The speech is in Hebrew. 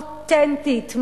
מכך שיש כאן מחאה אותנטית,